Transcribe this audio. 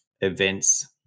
events